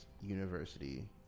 University